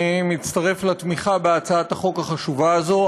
אני מצטרף לתמיכה בהצעת החוק החשובה הזאת.